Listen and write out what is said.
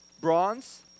bronze